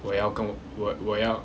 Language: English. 我要跟我我要